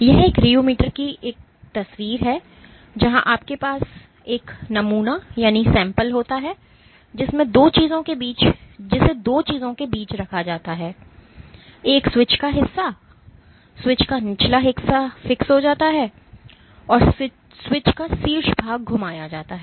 यह एक रियोमीटर की एक तस्वीर है जहां आपके पास एक नमूना होता है जिसे दो चीजों के बीच रखा जाता है एक स्विच का हिस्सा स्विच का निचला हिस्सा fix हो जाता है और स्विच का शीर्ष भाग घुमाया जाता है